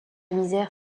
misère